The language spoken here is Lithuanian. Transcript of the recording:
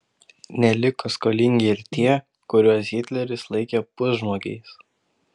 neliko skolingi ir tie kuriuos hitleris laikė pusžmogiais